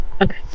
okay